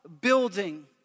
building